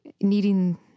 Needing